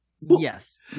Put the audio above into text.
Yes